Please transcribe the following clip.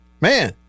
man